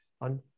on